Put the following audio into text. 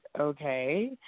okay